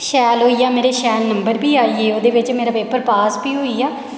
शैल होई गेआ मेरे शैल नंबर बी आई गे ओह्दे बिच मेरा पेपर पास बी होई गेआ